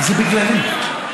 זה בגללי.